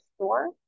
store